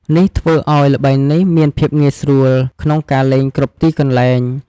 នេះធ្វើឱ្យល្បែងនេះមានភាពងាយស្រួលក្នុងការលេងគ្រប់ទីកន្លែង។